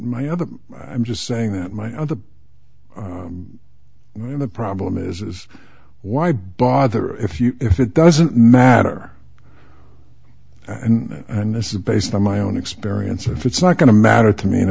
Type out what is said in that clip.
my other i'm just saying that my of the when the problem is is why bother if you if it doesn't matter and this is based on my own experience if it's not going to matter to me and